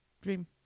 dream